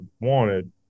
wanted